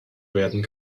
werden